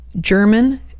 german